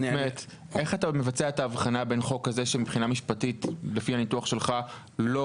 איך אתה מבצע את ההבחנה בין חוק כזה שמבחינה משפטית לפי הניתוח שלך לא